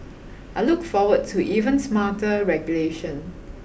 I look forward to even smarter regulation